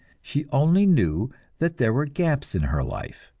she only knew that there were gaps in her life,